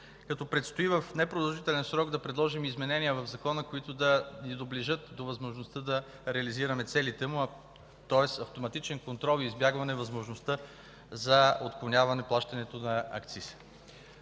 надзор. Предстои в непродължителен срок да предложим изменения в закона, които да я доближат до възможността да реализираме целите му, тоест автоматичен контрол и избягване възможността за отклоняване плащането на акциз.